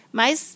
mas